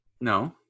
No